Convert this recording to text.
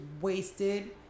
wasted